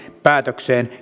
päätökseen